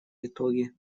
итоги